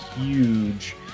huge